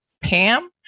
Pam